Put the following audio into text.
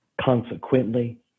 consequently